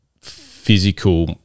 physical